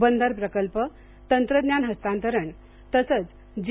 बंदर प्रकल्प तंत्रज्ञान हस्तांतरण तसंच जे